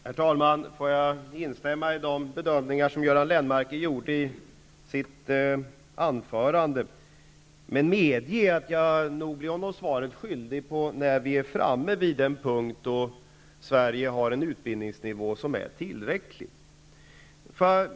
Herr talman! Får jag instämma i de bedömningar som Göran Lennmarker gjorde i sitt anförande. Men låt mig medge att jag nog blir honom svaret skyldig i fråga om den tidpunkt när vi i Sverige kommit dithän att Sverige har en utbildningsnivå som är tillräcklig.